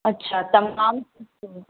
अच्छा तमामु सुठो